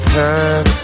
time